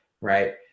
right